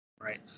Right